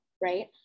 Right